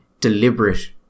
deliberate